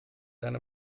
deine